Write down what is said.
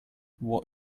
what